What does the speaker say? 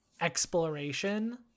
exploration